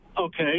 okay